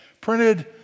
printed